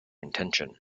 intention